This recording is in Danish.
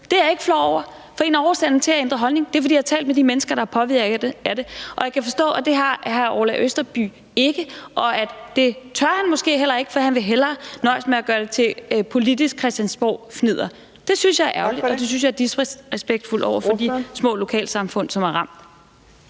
er jeg ikke flov over. For en af årsagerne til, at jeg ændrede holdning, var, at jeg har talt med de mennesker, der er påvirket af det, og jeg kan forstå, at det har hr. Orla Østerby ikke, og det tør han måske heller ikke, for han vil hellere nøjes med at gøre det til politisk christiansborgfnidder. Det synes jeg er ærgerligt, og det synes jeg er disrespektfuldt over for de små lokalsamfund, som er ramt.